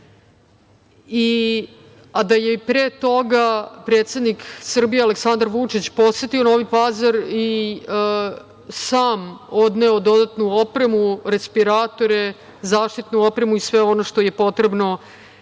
a da je pre toga predsednik Srbije Aleksandar Vučić posetio Novi Pazar i sam odneo dodatnu opremu, respiratore, zaštitnu opremu i sve ono što je potrebno